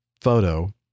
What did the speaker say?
photo